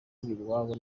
iwabo